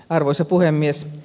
arvoisa puhemies